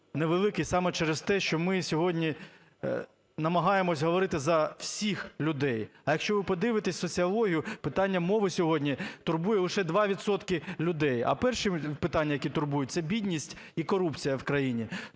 невеликий саме через те, що ми сьогодні намагаємося говорити за всіх людей. А якщо ви подивитесь соціологію, питання мови сьогодні турбує лише 2 відсотки людей. А перші питання, які турбують – це бідність і корупція в країні,